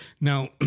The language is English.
Now